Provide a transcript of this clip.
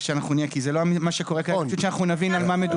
כי זה לא מה שקורה כרגע; שנבין על מה מדובר.